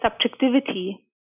subjectivity